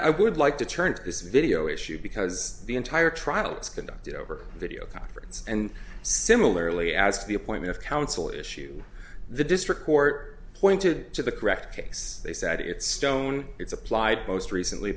i would like to turn to this video issue because the entire trial is conducted over a video conference and similarly as to the appointment of counsel issued the district court pointed to the correct case they said it's stone it's applied most recently